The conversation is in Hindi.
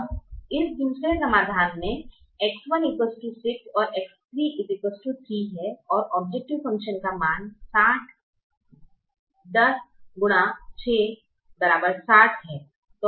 अब इस दूसरे समाधान में X1 6 और X3 3 है और औब्जैकटिव फ़ंक्शन का मान 60 10 x 6 60 है